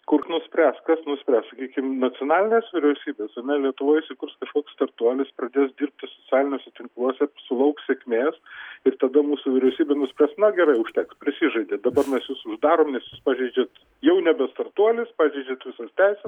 kur nuspręs kas nuspręs sakykim nacionalinės vyriausybės ane lietuvoj įsikurs kažkoks startuolis pradės dirbti socialiniuose tinkluose sulauks sėkmės ir tada mūsų vyriausybė nuspręs na gerai užteks prisižadėt dabar mes jūs uždarom nes jūs pažeidžiat jau nebe startuolis pažeidžiat visas teises